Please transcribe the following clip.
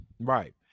Right